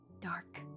dark